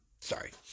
sorry